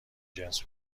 جنس